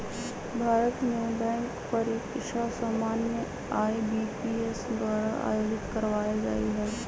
भारत में बैंक परीकछा सामान्य आई.बी.पी.एस द्वारा आयोजित करवायल जाइ छइ